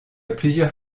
plusieurs